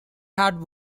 had